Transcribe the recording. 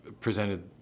presented